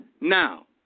now